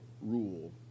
rule